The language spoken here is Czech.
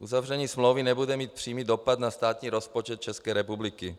Uzavření smlouvy nebude mít přímý dopad na státní rozpočet České republiky.